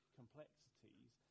complexities